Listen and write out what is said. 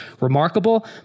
remarkable